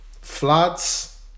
floods